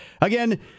Again